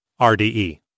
RDE